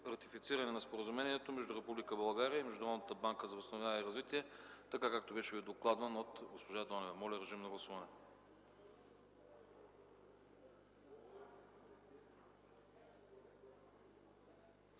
на Споразумението между Република България и Международната банка за възстановяване и развитие, както беше докладван от госпожа Донева. Гласували